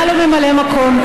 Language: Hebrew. היה לו ממלא מקום,